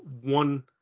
one